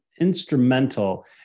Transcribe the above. instrumental